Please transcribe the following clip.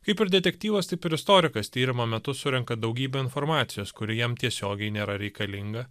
kaip ir detektyvas taip ir istorikas tyrimo metu surenka daugybę informacijos kuri jam tiesiogiai nėra reikalinga